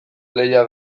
lehia